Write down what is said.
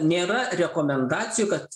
nėra rekomendacijų kad